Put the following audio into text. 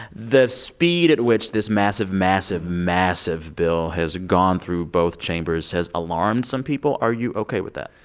the speed at which this massive, massive, massive bill has gone through both chambers has alarmed some people. are you ok with that?